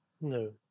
no